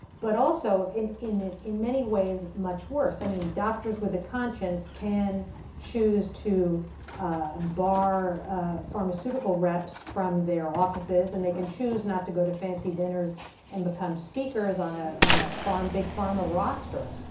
but also, in in ah many ways much worse. i mean doctors with a conscience can choose to bar pharmaceutical reps from their offices, and they can choose not to go to fancy dinners and become speakers on ah on a pharm, big pharma roster.